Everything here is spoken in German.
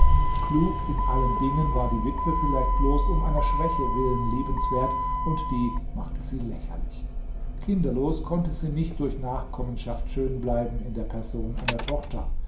klug in allen dingen war die witwe vielleicht bloß um einer schwäche willen liebenswert und die machte sie lächerlich kinderlos konnte sie nicht durch nachkommenschaft schön bleiben in der person einer tochter